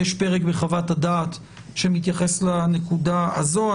בחוות הדעת יש פרק שמתייחס לנקודה הזאת.